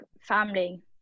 family